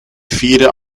vierde